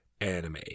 anime